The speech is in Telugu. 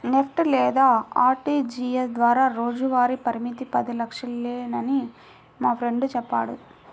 నెఫ్ట్ లేదా ఆర్టీజీయస్ ద్వారా రోజువారీ పరిమితి పది లక్షలేనని మా ఫ్రెండు చెప్పాడు